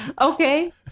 Okay